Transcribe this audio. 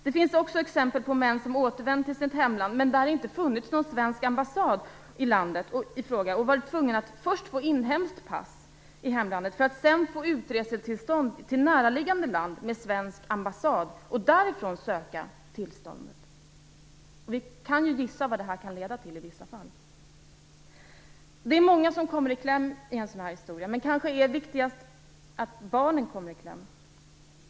Det finns också exempel på män som återvänt till sitt hemland, men då det inte funnits någon svensk ambassad i landet i fråga har de varit tvungna att först få inhemskt pass i hemlandet för att sedan få utresetillstånd till näraliggande land med svensk ambassad och därifrån söka tillståndet. Vi kan gissa vad det kan leda till i vissa fall. Det är många som kommer i kläm i en sådan här historia. Men viktigast kanske är att barnen kommer i kläm.